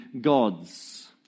gods